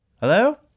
Hello